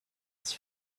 his